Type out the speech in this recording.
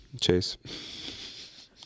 Chase